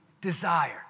desire